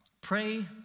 Pray